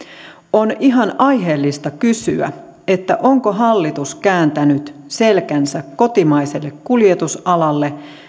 on ihan aiheellista kysyä onko hallitus kääntänyt selkänsä kotimaiselle kuljetusalalle